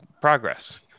progress